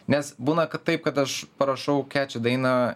nes būna kad taip kad aš parašau keči dainą